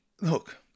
look